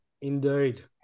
indeed